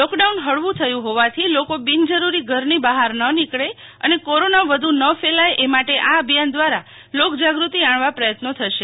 lockdown હળવું થયું હોવાથી લોકો બિનજરૂરી ઘરની બહાર ન નીકળે અને કોરોના વધુ ન ફેલાય એ માટે આ અભિયાન દ્વારા લોકજાગૃતિ આણવા પ્રયત્નો થશે